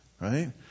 Right